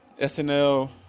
SNL